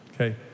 okay